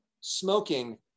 smoking